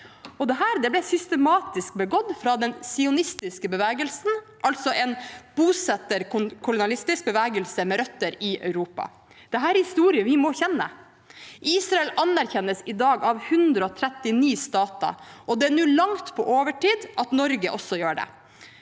Dette ble systematisk begått fra den sionistiske bevegelsen, altså en bosetter-kolonialistisk bevegelse med røtter i Europa. Dette er en historie vi må kjenne. Palestina anerkjennes i dag av 139 stater, og det er nå langt på overtid at Norge også gjør det.